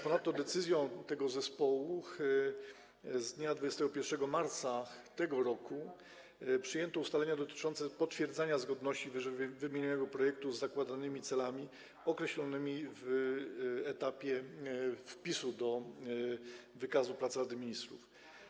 Ponadto decyzją tego zespołu z dnia 21 marca tego roku przyjęto ustalenia dotyczące potwierdzania zgodności ww. projektu z zakładanymi celami określonymi na etapie wpisu do wykazu prac Rady Ministrów.